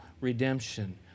redemption